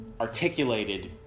articulated